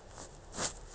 mm